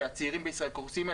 שהצעירים בישראל קורסים,